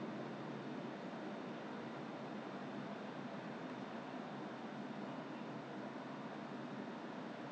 ya I think I think is because of this product lor 然后再加上那个三十巴仙的 discount hor 我就 end it ended up step into the shop